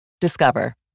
Discover